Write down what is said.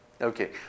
Okay